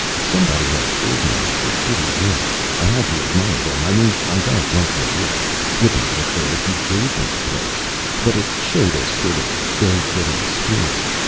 somebody had organized it pretty well. i had to admire them. i mean i don't like new york wouldn't live there if you gave me the place but it showed a sort of go-getting spirit.